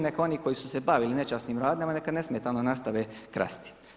Neka oni koji su se bavili nečasnim radnjama neka nesmetano nastave krasti.